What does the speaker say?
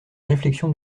réflexions